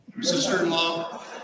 sister-in-law